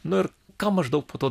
nu ir ką maždaug po to